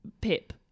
Pip